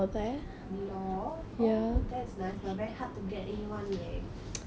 law oh that's nice but very hard to get in one leh